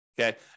Okay